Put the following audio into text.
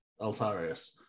Altarius